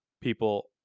people